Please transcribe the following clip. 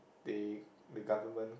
they the government